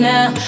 Now